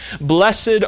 Blessed